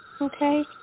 Okay